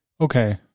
okay